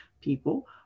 people